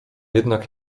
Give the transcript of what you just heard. jednak